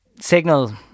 signal